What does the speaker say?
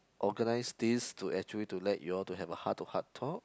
organize this to actually to let you all to have a heart to heart talk